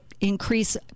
increase